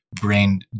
brain